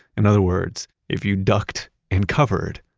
in other words, if you ducked and covered,